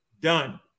Done